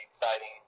exciting